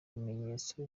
bimenyetso